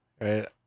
right